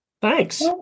thanks